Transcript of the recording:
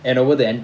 and over then